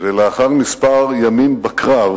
ולאחר כמה ימים בקרב,